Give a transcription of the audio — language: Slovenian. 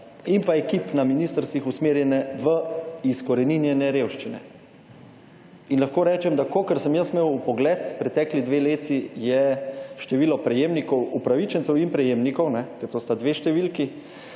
in pa ekipe na ministrstvih usmerjene v izkoreninjenje revščine. In lahko rečem, da kakor sem jaz imel vpogled pretekli dve leti je število prejemnikov, upravičencev in prejemnikov, ker to sta dve številki,